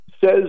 says